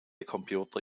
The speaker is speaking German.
computer